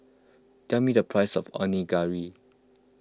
tell me the price of Onigiri